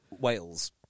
Wales